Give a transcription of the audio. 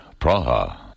Praha